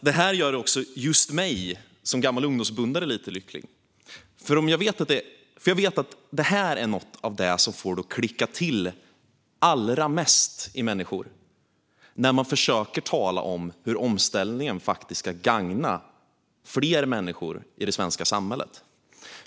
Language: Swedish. Det här gör mig som gammal ungdomsförbundare lite lycklig. Jag vet nämligen att det som får det att klicka till allra mest i människor är när man försöker tala om hur omställningen ska gagna fler i det svenska samhället.